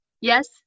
yes